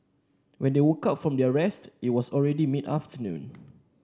when they woke up from their rest it was already mid afternoon